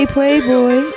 Playboy